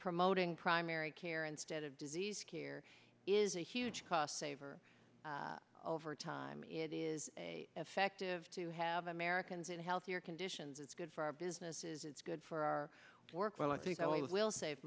promoting primary care instead of disease care is a huge cost saver over time it is effective to have americans in a healthier conditions it's good for our businesses it's good for our work well